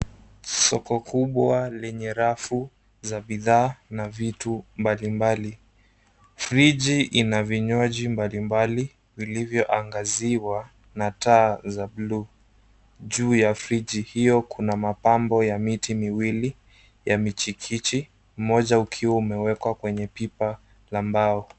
Soko kubwa lenye rafu za bidhaa, na vitu mbalimbali. Friji ina vinywaji mbalimbali, vilivyoangaziwa na taa za blue . Juu ya friji hiyo, kuna mapambo ya miti miwili, ya michikichi, mmoja ukiwa umewekwa kwenye pipa la mbao.